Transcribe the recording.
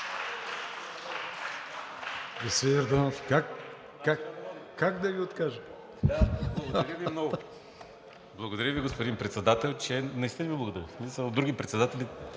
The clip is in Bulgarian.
Благодаря Ви, господин Председател. Наистина Ви благодаря.